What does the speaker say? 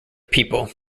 people